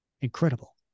Incredible